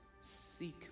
seek